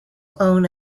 own